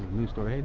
new store,